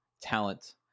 talent